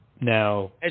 Now –